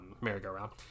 merry-go-round